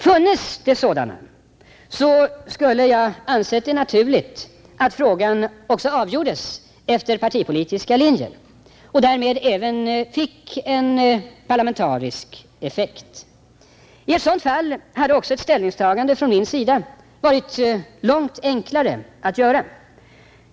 Funnes det sådana, skulle jag ansett det naturligt att frågan också avgjordes efter partipolitiska linjer och därmed även fick en parlamentarisk effekt. I ett sådant fall hade också ett ställningstagande från min sida varit långt enklare att göra.